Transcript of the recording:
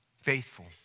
Faithful